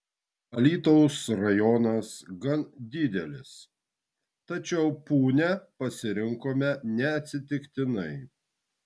alytaus rajonas gan didelis tačiau punią pasirinkome neatsitiktinai